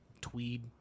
tweed